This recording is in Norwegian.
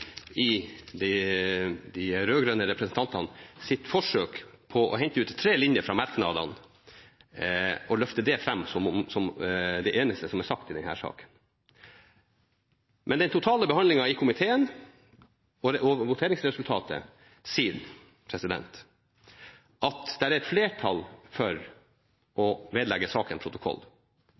forsøk på å hente ut tre linjer fra merknadene og løfte dem fram som det eneste som er sagt i denne saken. Men den totale behandlingen i komiteen og voteringsresultatet sier at det er flertall for å vedlegge saken